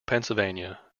pennsylvania